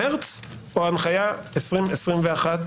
מרץ 2021 או ינואר 2021?